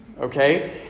Okay